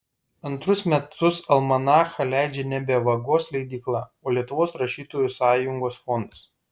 antrus metus almanachą leidžia nebe vagos leidykla o lietuvos rašytojų sąjungos fondas